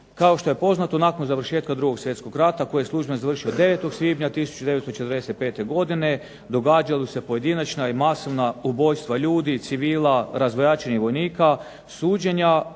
Kao što je poznato nakon završetka 2. Svjetskog rata koji je službeno završio 9. svibnja 1945. godine događala su se pojedinačna i masovna ubojstva ljudi, civila, razvojačenih vojnika, suđenja